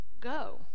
go